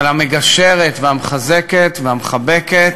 אבל המגשרת והמחזקת והמחבקת,